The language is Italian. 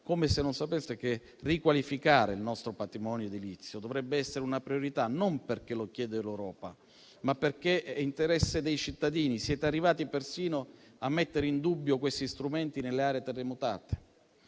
come se non sapeste che riqualificare il nostro patrimonio edilizio dovrebbe essere una priorità non perché lo chiede l'Europa, ma perché è interesse dei cittadini. Siete arrivati persino a mettere in dubbio questi strumenti nelle aree terremotate.